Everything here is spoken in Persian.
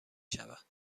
شود